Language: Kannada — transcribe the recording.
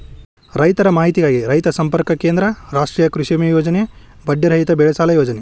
ರೈತರ ಮಾಹಿತಿಗಾಗಿ ರೈತ ಸಂಪರ್ಕ ಕೇಂದ್ರ, ರಾಷ್ಟ್ರೇಯ ಕೃಷಿವಿಮೆ ಯೋಜನೆ, ಬಡ್ಡಿ ರಹಿತ ಬೆಳೆಸಾಲ ಯೋಜನೆ